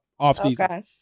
offseason